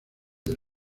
del